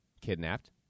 kidnapped